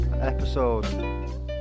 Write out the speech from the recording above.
episode